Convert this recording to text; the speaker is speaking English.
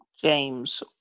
James